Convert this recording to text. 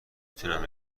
تونم